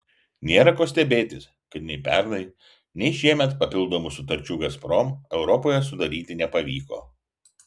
nėra ko stebėtis kad nei pernai nei šiemet papildomų sutarčių gazprom europoje sudaryti nepavyko